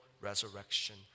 resurrection